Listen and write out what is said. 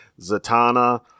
Zatanna